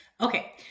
Okay